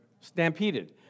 stampeded